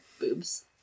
boobs